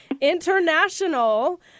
international